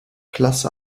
klasse